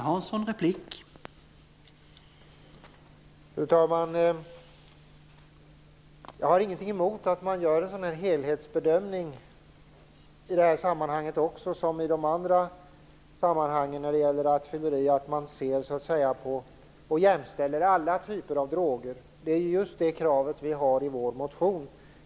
Herr talman! Jag har ingenting emot att man gör en helhetsbedömning i det här sammanhanget också, som när det gäller rattfylleri, och jämställer alla typer av droger. Det är just det kravet vi har i vår motion.